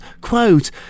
Quote